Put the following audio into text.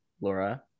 Laura